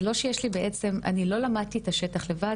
שזה לא שיש לי בעצם אני לא למדתי את השטח לבד.